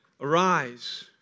Arise